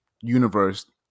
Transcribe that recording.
Universe